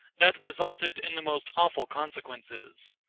that resulted in the most awful consequences.